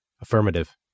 Affirmative